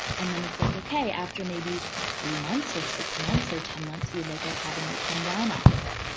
and then it's like, okay, after maybe three months or six months or ten months we look at having you come down off of it.